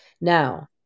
Now